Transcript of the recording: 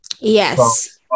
yes